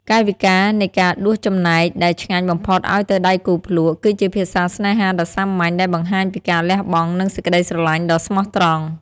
កាយវិការនៃការដួសចំណែកដែលឆ្ងាញ់បំផុតឱ្យទៅដៃគូភ្លក់ គឺជាភាសាស្នេហាដ៏សាមញ្ញដែលបង្ហាញពីការលះបង់ និងសេចក្ដីស្រឡាញ់ដ៏ស្មោះត្រង់។